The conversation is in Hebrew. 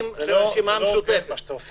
כנסת מהרשימה המשותפת -- זה לא הוגן מה שאתה עושה.